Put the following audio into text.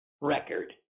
record